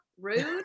rude